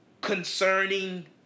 concerning